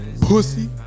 Pussy